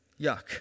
Yuck